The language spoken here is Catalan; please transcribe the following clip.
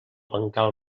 bancal